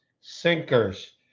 sinkers